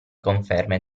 conferme